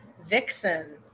vixen